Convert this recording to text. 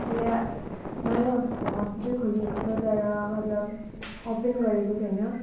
अहिले नयाँ हस हस्पिटल खोलिएको छ तर मतलब ओपेन गरेको छैन